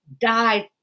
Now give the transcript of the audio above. died